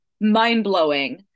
Mind-blowing